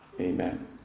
Amen